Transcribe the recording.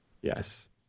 yes